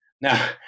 Now